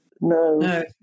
No